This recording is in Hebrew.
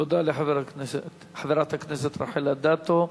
תודה לחברת הכנסת רחל אדטו.